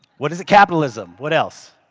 what is capitalism? what else?